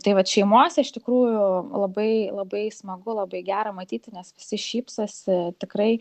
tai vat šeimose iš tikrųjų labai labai smagu labai gera matyti nes visi šypsosi tikrai